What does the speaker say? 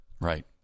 right